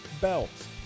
belts